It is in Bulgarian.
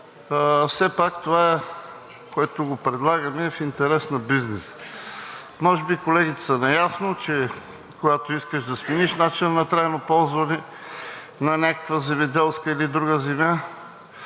все пак това, което предлагаме, е в интерес на бизнеса. Може би колегите са наясно, че, когато искаш да смениш начина на трайно ползване на някаква земеделска или друга земя,